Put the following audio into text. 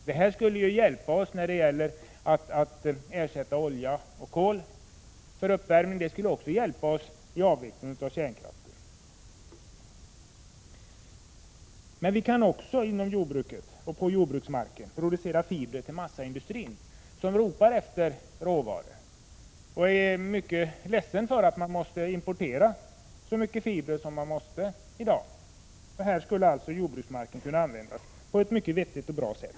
Därmed skulle man hjälpa till att ersätta olja och kol för uppvärmning samt kärnkraft när den avvecklas. Jordbruket kan också producera fibrer till massaindustrin, som ropar efter råvaror och är mycket ledsen för att man måste importera så mycket fibrer som man gör i dag. Här skulle alltså jordbruksmarken kunna användas på ett vettigt och bra sätt.